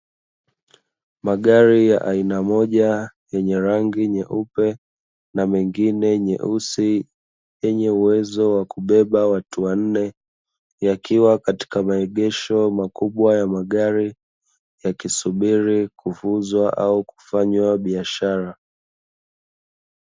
Magari ya aina moja yenye rangi nyeupe na mengine nyeusi yenye uwezo wa kubeba watu wanne, yakiwa katika maegesho makubwa ya magari yakisubiri kuuzwa au kufanyiwa biashara.